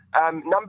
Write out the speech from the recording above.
Number